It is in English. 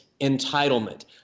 entitlement